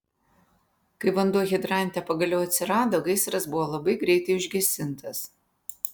kai vanduo hidrante pagaliau atsirado gaisras buvo labai greitai užgesintas